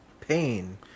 pain